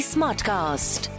Smartcast